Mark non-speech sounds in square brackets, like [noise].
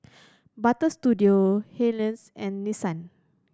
Butter Studio [unintelligible] and Nissan